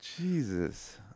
jesus